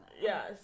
Yes